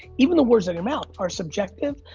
even the words in your mouth are subjective.